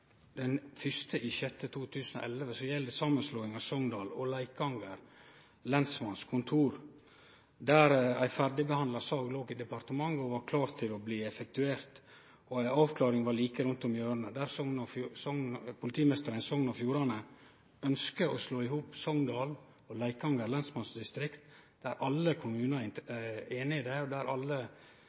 1. juni 2011 stilte eg eit spørsmål til dåverande statsråd Storberget som galdt samanslåinga av Sogndal lensmannskontor og Leikanger lensmannskontor. Ei ferdigbehandla sak låg i departementet og var klar til å bli effektuert. Ei avklaring var like rundt hjørnet. Politimeisteren i Sogn og Fjordane ønskjer å slå i hop Sogndal lensmannsdistrikt og Leikanger lensmannsdistrikt. Alle kommunane er einige i det. Alle i både politiet og